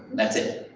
that's it.